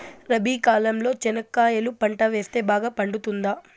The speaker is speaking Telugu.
రబి కాలంలో చెనక్కాయలు పంట వేస్తే బాగా పండుతుందా?